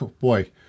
boy